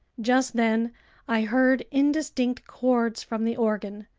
just then i heard indistinct chords from the organ,